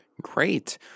Great